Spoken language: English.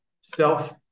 self